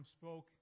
spoke